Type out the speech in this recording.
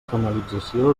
canalització